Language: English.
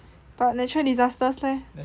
but natural disasters leh